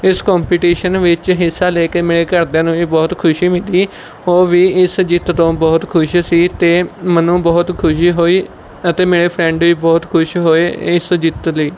ਇਸ ਕੋਂਪੀਟੀਸ਼ਨ ਵਿੱਚ ਹਿੱਸਾ ਲੈ ਕੇ ਮੇਰੇ ਘਰਦਿਆਂ ਨੂੰ ਵੀ ਬਹੁਤ ਖੁਸ਼ੀ ਮਿਲੀ ਉਹ ਵੀ ਇਸ ਜਿੱਤ ਤੋਂ ਬਹੁਤ ਖੁਸ਼ ਸੀ ਅਤੇ ਮੈਨੂੰ ਬਹੁਤ ਖੁਸ਼ੀ ਹੋਈ ਅਤੇ ਮੇਰੇ ਫਰੈਂਡ ਵੀ ਬਹੁਤ ਖੁਸ਼ ਹੋਏ ਇਸ ਜਿੱਤ ਲਈ